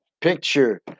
picture